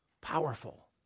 powerful